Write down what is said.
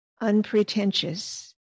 unpretentious